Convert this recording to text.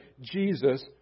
Jesus